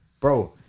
Bro